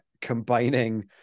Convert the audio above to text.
combining